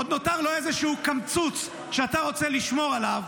עוד נותר לו איזשהו קמצוץ שאתה רוצה לשמור עליו,